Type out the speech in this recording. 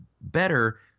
better